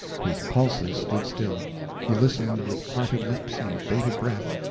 his pulses stood still he listened with parted lips and bated breath.